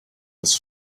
his